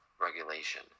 regulation